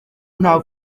nta